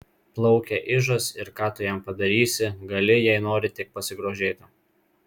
plaukia ižas ir ką tu jam padarysi gali jei nori tik pasigrožėti